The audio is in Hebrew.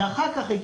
אחר כך,